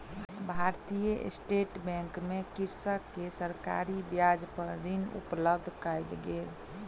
भारतीय state bank मे कृषक के सरकारी ब्याज पर ऋण उपलब्ध कयल गेल